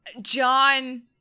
John